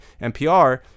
NPR